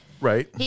Right